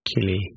Killy